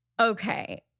Okay